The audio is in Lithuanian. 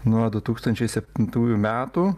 nuo du tūkstančiai septintųjų metų